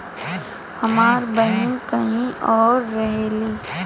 हमार बहिन कहीं और रहेली